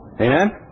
Amen